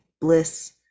bliss